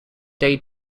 day